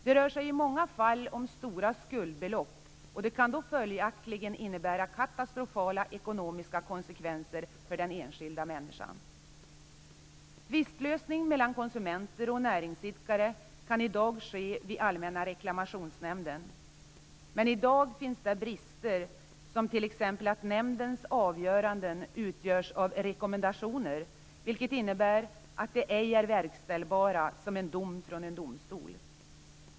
Det rör sig i många fall om stora skuldbelopp, och det kan då följaktligen innebära katastrofala ekonomiska konsekvenser för den enskilda människan. Tvistlösning mellan konsumenter och näringsidkare kan ske vid Allmänna reklamationsnämnden, men i dag finns där brister, t.ex. att nämndens avgöranden utgörs av rekommendationer, vilket innebär att de ej är verkställbara som en dom från en domstol.